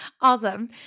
Awesome